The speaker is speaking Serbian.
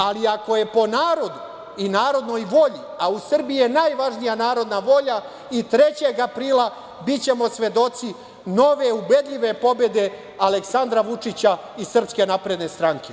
Ali, ako je po narodu i narodnoj volji, a u Srbiji je najvažnija narodna volja, i 3. aprila bićemo svedoci nove ubedljive pobede Aleksandra Vučića i SNS.